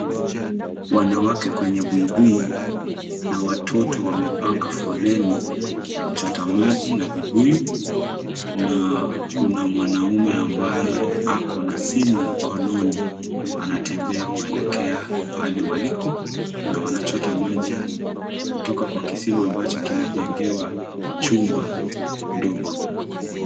Wanawake kwenye buibui na watoto wamepanga foleni kuchota maji na vibuyu, na kuna mwanaume ambaye ako simu mkononi anatembea kuelekea pahali waliko, na wanachota maji kutoka kisima ambacho kimejengewa chumba ndogo.